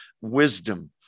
wisdom